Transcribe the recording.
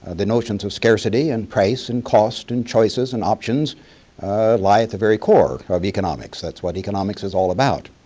the notions of scarcity and price and cost and choices and options lie at the very core of economics. that's what economics is all about.